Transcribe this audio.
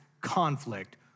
conflict